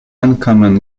uncommon